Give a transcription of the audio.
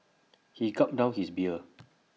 he gulped down his beer